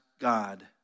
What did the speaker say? God